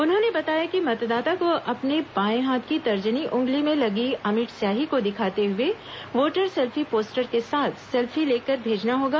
उन्होंने बताया कि मतदाता को अपने बाये हाथ की तर्जनी उंगली में लगी अमिट स्याही को दिखाते हुए वोटर सेल्फी पोस्टर के साथ सेल्फी लेकर भेजना होगा